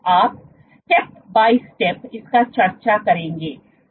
हम step by step इसका चर्चा करेंगे